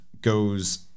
goes